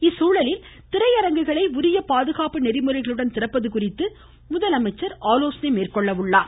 இச்சூழலில் திரையரங்குகளை உரிய பாதுகாப்பு நெறிமுறைகளுடன் திறப்பது குறித்து முதலமைச்சர் ஆலோசிக்க உள்ளார்